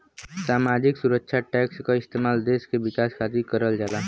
सामाजिक सुरक्षा टैक्स क इस्तेमाल देश के विकास खातिर करल जाला